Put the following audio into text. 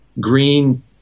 green